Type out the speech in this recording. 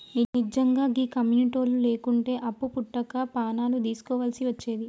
నిజ్జంగా గీ కమ్యునిటోళ్లు లేకుంటే అప్పు వుట్టక పానాలు దీస్కోవల్సి వచ్చేది